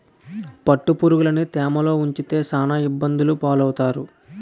పట్టుపురుగులుని తేమలో ఉంచితే సాన ఇబ్బందులు పాలవుతారు